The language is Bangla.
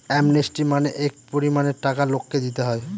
অ্যামনেস্টি মানে এক পরিমানের টাকা লোককে দিতে হয়